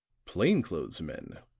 plain-clothes men,